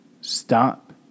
stop